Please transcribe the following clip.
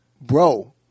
bro